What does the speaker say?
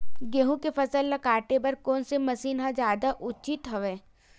गेहूं के फसल ल काटे बर कोन से मशीन ह जादा उचित हवय?